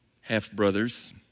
half-brothers